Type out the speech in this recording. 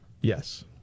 Yes